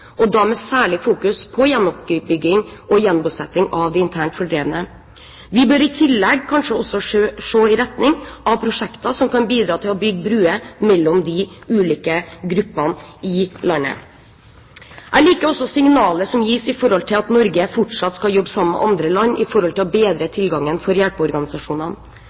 og da med særlig fokusering på gjenoppbygging og gjenbosetting av de internt fordrevne. Vi bør i tillegg kanskje også se i retning av prosjekter som kan bidra til å bygge bruer mellom de ulike gruppene i landet. Jeg liker også signalet som gis om at Norge fortsatt skal jobbe sammen med andre land for å bedre tilgangen for hjelpeorganisasjonene.